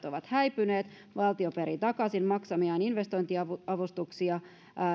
ovat häipyneet ja valtio perii takaisin maksamiaan investointiavustuksia